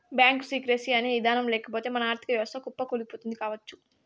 bank secrecy అనే ఇదానం లేకపోతె మన ఆర్ధిక వ్యవస్థ కుప్పకూలిపోతుంది కావచ్చు